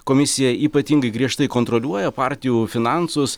komisija ypatingai griežtai kontroliuoja partijų finansus